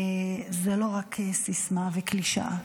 זה לא רק סיסמה, קלישאה.